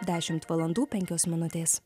dešimt valandų penkios minutės